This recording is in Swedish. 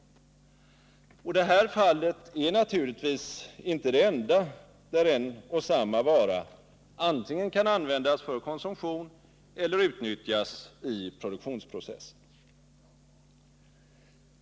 Och det här fallet är naturligtvis inte det enda där en och samma vara antingen kan användas för konsumtion eller utnyttjas i produktionsprocessen.